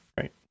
right